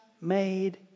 made